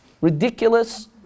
ridiculous